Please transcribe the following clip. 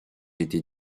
été